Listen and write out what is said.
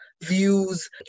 views